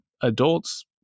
adults